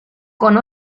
con